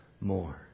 more